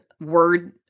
word